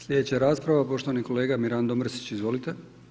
Sljedeća rasprava poštovani kolega Mirando Mrsić, izvolite.